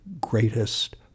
greatest